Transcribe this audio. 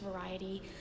variety